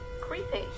Creepy